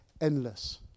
endless